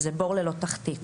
זה בור ללא תחתית,